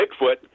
Bigfoot